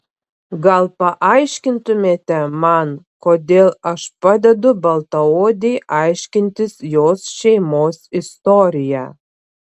gal paaiškintumėte man kodėl aš padedu baltaodei aiškintis jos šeimos istoriją